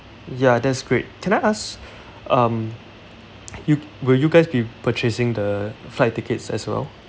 ya that's great can I ask um you will you guys be purchasing the flight tickets as well